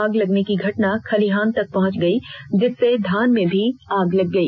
आग लगने की घटना खलिहान तक पहुंच गई जिससे धान में भी आग लग गई